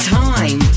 time